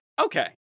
Okay